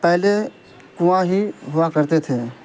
پہلے کنواں ہی ہوا کرتے تھے